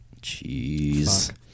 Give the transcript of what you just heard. Jeez